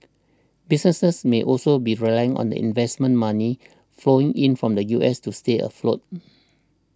businesses may also be relying on the investment money flowing in from the U S to stay afloat